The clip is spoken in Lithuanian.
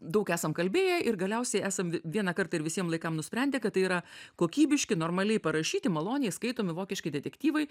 daug esam kalbėję ir galiausiai esam vieną kartą ir visiem laikam nusprendę kad tai yra kokybiški normaliai parašyti maloniai skaitomi vokiški detektyvai